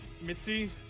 Mitzi